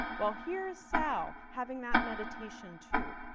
well, here is sal having that meditation, too.